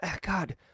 God